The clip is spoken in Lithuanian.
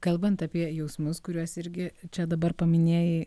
kalbant apie jausmus kuriuos irgi čia dabar paminėjai